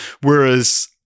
Whereas